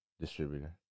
distributor